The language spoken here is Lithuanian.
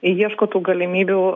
ieško tų galimybių